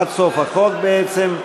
עד סוף החוק בעצם,